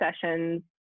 sessions